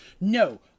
No